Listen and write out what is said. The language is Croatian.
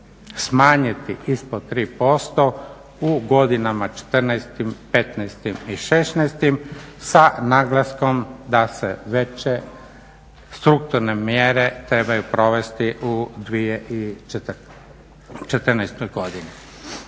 smanjiti ispod 3% u godinama četrnaestim, petnaestim i šesnaestim sa naglaskom da se veće strukturne mjere trebaju provesti u 2014. godini.